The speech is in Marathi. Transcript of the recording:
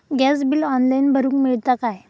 गॅस बिल ऑनलाइन भरुक मिळता काय?